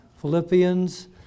Philippians